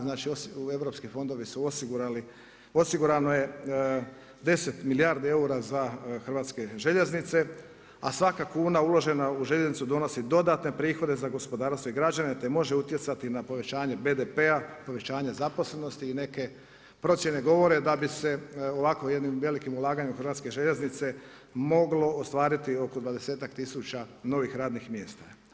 Znači europski fondovi su osigurali 10 milijardi eura za hrvatske željeznice a svaka kuna uložena u željeznicu donosi dodatne prihode za gospodarstvo i građane te može utjecati na povećanje BDP-a, povećanje zaposlenosti i neke procjene govore da bi se ovako jednim velikim ulaganjem u hrvatske željeznice, moglo ostvariti oko 20 tisuća novih radnih mjesta.